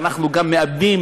ואנחנו מאבדים